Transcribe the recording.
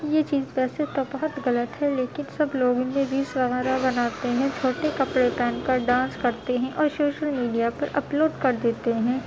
یہ چیز ویسے تو بہت غلط ہے لیکن سب لوگوں نے ریلس وغیرہ بناتے ہیں چھوٹے کپڑے پہن کر ڈانس کرتے ہیں اور شوشل میڈیا پہ اپلوڈ کر دیتے ہیں